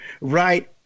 Right